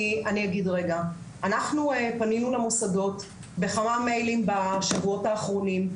אנחנו פנינו למוסדות בכמה מיילים בשבועות האחרונים,